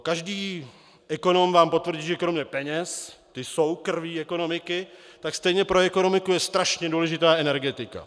Každý ekonom vám potvrdí, že kromě peněz, ty jsou krví ekonomiky, je pro ekonomiku strašně důležitá energetika.